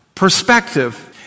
perspective